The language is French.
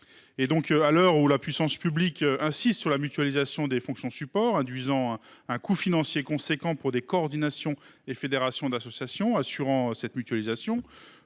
À l’heure où la puissance publique insiste sur la mutualisation des fonctions supports, induisant un coût financier important pour les coordinations et fédérations d’associations assurant cette mutualisation,